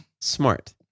smart